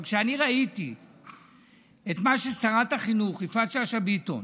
אבל כשאני ראיתי את מה ששרת החינוך יפעת שאשא ביטון